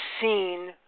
seen